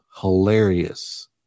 hilarious